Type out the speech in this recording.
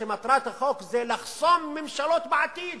שמטרת החוק זה לחסום ממשלות בעתיד